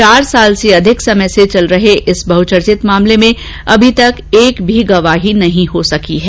चार साल से अधिक समय से चल रहे इस बहचर्चित मामले में अभी तक एक भी गवाह की गवाही नहीं हो सकी है